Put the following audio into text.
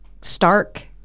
stark